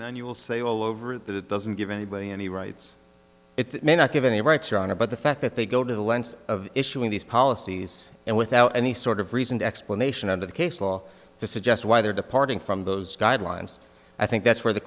will say well over the doesn't give anybody any rights it may not give any rights your honor but the fact that they go to the lengths of issuing these policies and without any sort of reasoned explanation under the case law to suggest why they're departing from those guidelines i think that's where the